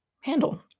handle